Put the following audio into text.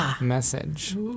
message